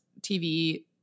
TV